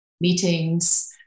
meetings